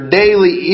daily